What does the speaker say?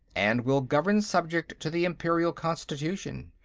and will govern subject to the imperial constitution.